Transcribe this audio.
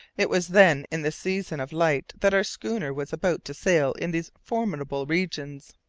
it was then in the season of light that our schooner was about to sail in these formidable regions.